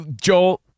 Joel